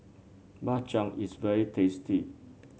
Bak Chang is very tasty